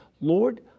Lord